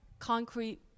concrete